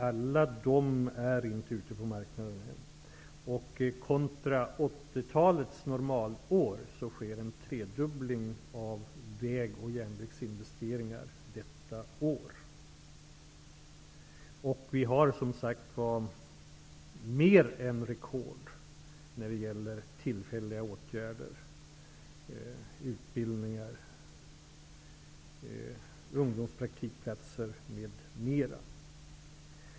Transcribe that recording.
Alla dessa är inte ute på marknaden än. I jämförelse med 80-talets normalår sker en tredubbling av väg och järnvägsinvesteringar detta år. Och vi har som sagt mer än rekord när det gäller tillfälliga åtgärder, utbildningar, ungdomspraktikplatser m.m.